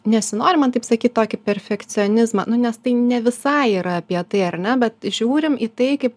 nesinori man taip sakyt tokį perfekcionizmą nu nes tai ne visai yra apie tai ar ne bet žiūrim į tai kaip